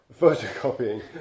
Photocopying